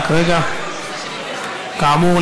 כאמור,